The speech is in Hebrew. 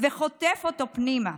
וחוטף אותו פנימה.